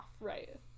right